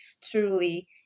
truly